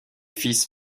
fils